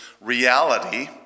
reality